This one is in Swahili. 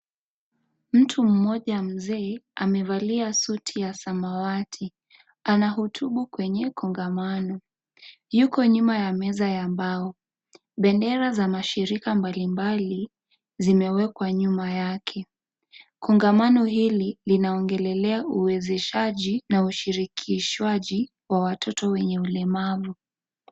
Mtu mmoja mzee amevalia suti ya samawati anahutubu kwenye kongamano, yuko nyuma ya meza ya mbao. Bendera za mashirika mbalimbali zimewekwa nyuma yake. Kongamano hili linaongelelea uwezeshaji na ushirikishwaji wa watoto wenye ulemavu.